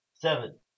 seven